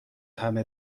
همه